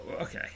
Okay